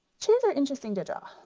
chairs are interesting to draw.